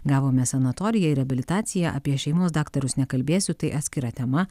gavome sanatoriją reabilitaciją apie šeimos daktarus nekalbėsiu tai atskira tema